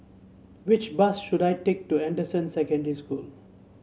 which bus should I take to Anderson Secondary School